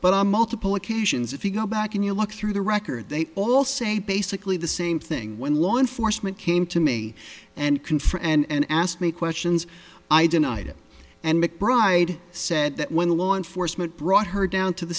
but i multiple occasions if you go back and you look through the record they all say basically the same thing when law enforcement came to me and can for and asked me questions i denied it and mcbride said that when law enforcement brought her down to the